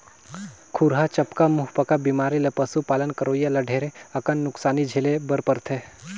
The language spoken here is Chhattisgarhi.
खुरहा चपका, मुहंपका बेमारी ले पसु पालन करोइया ल ढेरे अकन नुकसानी झेले बर परथे